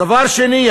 דבר שני,